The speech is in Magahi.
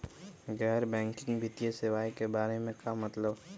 गैर बैंकिंग वित्तीय सेवाए के बारे का मतलब?